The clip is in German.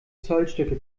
zollstöcke